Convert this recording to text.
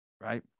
right